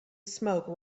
smoke